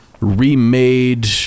remade